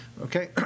Okay